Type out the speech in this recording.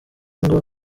ngo